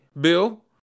Bill